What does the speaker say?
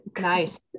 Nice